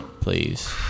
please